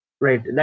right